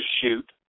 shoot